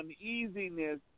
uneasiness